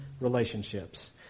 relationships